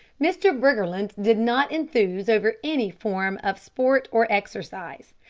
mr. briggerland did not enthuse over any form of sport or exercise.